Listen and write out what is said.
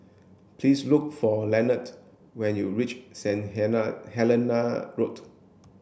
please look for Leonard when you reach Saint Helena Road